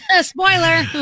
spoiler